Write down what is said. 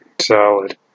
salad